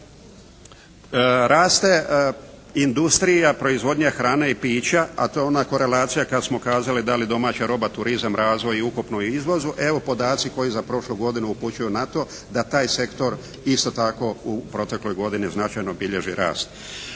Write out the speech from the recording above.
raste industrija, proizvodnja hrane i pića, a to je ona korelacija kad smo kazali da li domaća roba, turizam, razvoj i ukupno o izvozu, evo podaci koji za prošlu godinu upućuju na to da taj sektor isto tako u protekloj godini značajno bilježi rast.